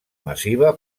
massiva